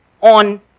on